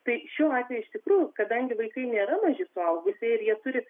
tai šiuo atveju iš tikrųjų kadangi vaikai nėra maži suaugusieji ir jie turi